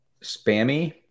spammy